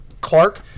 Clark